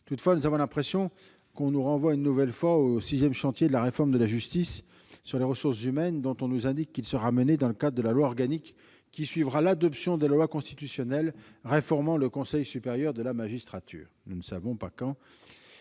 Néanmoins, nous avons l'impression que l'on nous renvoie une nouvelle fois au sixième chantier de la réforme de la justice sur les ressources humaines, dont on nous indique qu'il sera mené dans le cadre de la loi organique qui suivra l'adoption de la loi constitutionnelle réformant le Conseil supérieur de la magistrature. Nous ne savons pas quand